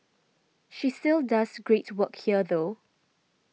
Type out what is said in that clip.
she still does great work here though